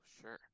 sure